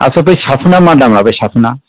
आस्सा बे साफुनआ मा दाम बे साफुना